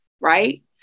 Right